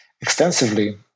extensively